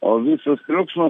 o visas triukšmas